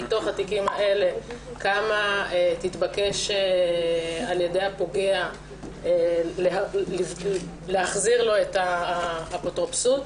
מתוך התיקים האלה בכמה תתבקש על-ידי הפוגע להחזיר לו את האפוטרופסות.